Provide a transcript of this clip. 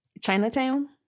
chinatown